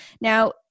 now